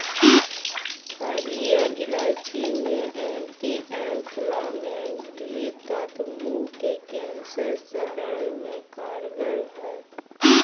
हरीयर इलायची मे एंटी एंफलामेट्री तत्व मुंह के कैंसर से लड़े मे कारगर हई